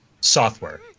software